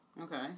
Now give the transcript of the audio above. Okay